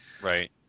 right